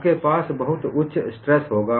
आपके पास बहुत उच्च स्ट्रेस होगा